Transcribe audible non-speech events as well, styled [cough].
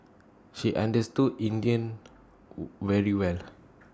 she understood India [hesitation] very well